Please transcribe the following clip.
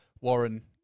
Warren